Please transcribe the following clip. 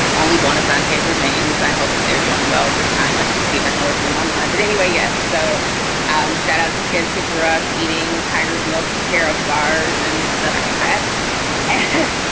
only bona sante remains. i hope that they're doing well at this time. i should see if i can open them online. but anyway. yes. so um shout out to kids who grew up eating tiger's milk, carob bars and stuff like that. and